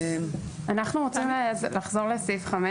אנחנו רוצים לחזור לסעיף 5,